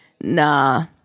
Nah